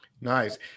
Nice